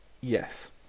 Yes